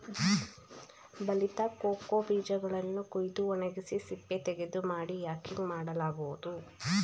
ಬಲಿತ ಕೋಕೋ ಬೀಜಗಳನ್ನು ಕುಯ್ದು ಒಣಗಿಸಿ ಸಿಪ್ಪೆತೆಗೆದು ಮಾಡಿ ಯಾಕಿಂಗ್ ಮಾಡಲಾಗುವುದು